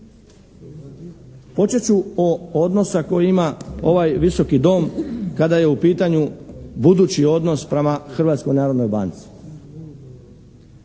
Počet ću od odnosa koji ima ovaj Visoki dom kada je u pitanju budući odnos prema Hrvatskoj narodnoj banci.